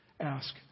ask